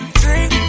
drink